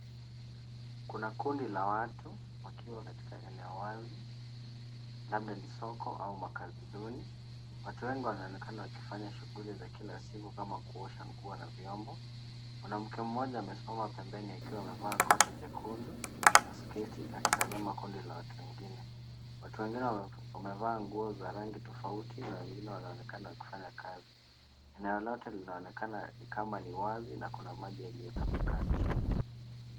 Kuna kundi la watu wakiwa katika eneo wazi, labda ni soko au makazi duni. Watu wengi wanaonekana wakifanya shughuli za kila siku kama kuosha nguo na vyombo. Mwanamke mmoja amesimama pembeni akiwa amevaa koti jekundu, na sketi akitazama kundi la watu wengine. Watu wengine wamevaa nguo za rangi tofauti na wengine wanaonekana wakifanya kazi. Eneo lote linaonekana ni kama ni wazi na kuna maji yaliyotapakaa chini.